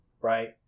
right